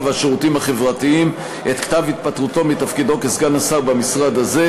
והשירותים החברתיים את כתב התפטרותו מתפקידו כסגן השר במשרד הזה,